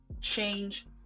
change